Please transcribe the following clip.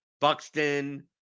Buxton